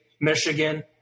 Michigan